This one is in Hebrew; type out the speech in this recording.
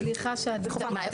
הילדים.